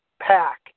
pack